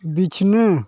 ᱵᱤᱪᱷᱱᱟᱹ